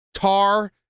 tar